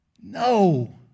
no